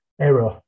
error